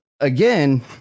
Again